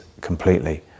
completely